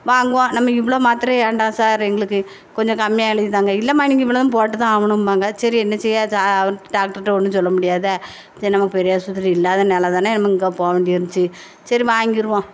வாங்குவோம் நம்ம இவ்வளோ மாத்திரை வேண்டாம் சார் எங்களுக்கு கொஞ்சம் கம்மியாக எழுதி தாங்க இல்லைம்மா நீங்கள் இவ்வளதும் போட்டுத்தான் ஆகணும்பாங்க சரி என்ன செய்ய சார் டாக்டர்ட ஒன்றும் சொல்லமுடியாதே சரி நமக்கு பெரியாஸ்பத்திரி இல்லாதனால் தானே நம்ம இங்கே போக வேண்டியது இருந்துச்சு சரி வாங்கிருவோம்